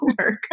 work